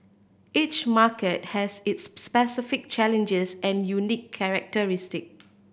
each market has its specific challenges and unique characteristic